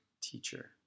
teacher